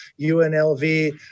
UNLV